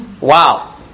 Wow